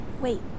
Wait